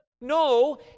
No